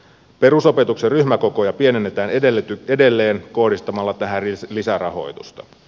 perusopetuksen ryhmäkokoja pienennetään edelleen kohdistamalla tähän lisärahoitusta